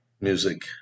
music